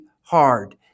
hard